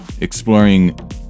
exploring